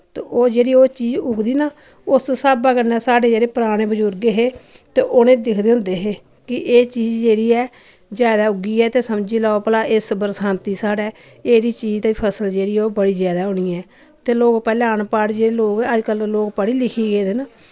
ते ओह्ह् जेह्ड़ी ओ चीज उगदी ना उस स्हाबा कन्नै साढ़े जेह्ड़े पराने बजुर्ग हे ते उ'ने दिक्खदे होंदे हे कि एह् चीज जेह्ड़ी ऐ जैदा उग्गी ऐ ते समझी लाओ भला इस बरसांती साढ़ै एह्ड़ी चीज ते फसल जेह्ड़ी ऐ ओ बड़ी जैदा होनी ऐ ते लोक पैह्लें अनपढ़ जेह्ड़े लोक अजकल लोक पढ़ी लिखी गेदे न